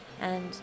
and